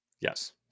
Yes